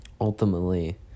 Ultimately